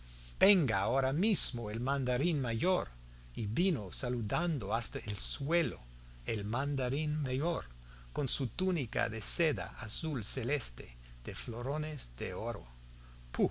venga ahora mismo el mandarín mayor y vino saludando hasta el suelo el mandarín mayor con su túnica de seda azul celeste de florones de oro